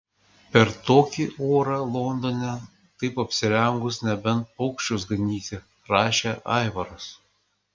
per tokį orą londone taip apsirengus nebent paukščius ganyti rašė aivaras